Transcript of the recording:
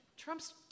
Trump's